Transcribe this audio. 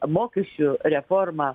mokesčių reforma